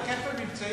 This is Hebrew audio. מה זה, כפל מבצעים?